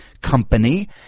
company